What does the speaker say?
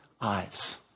eyes